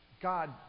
God